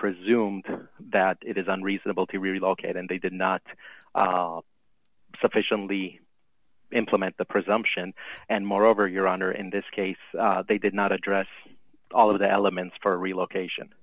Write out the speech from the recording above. presumed that it is unreasonable to relocate and they did not sufficiently implement the presumption and moreover your honor in this case they did not address all of the elements for relocation